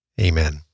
Amen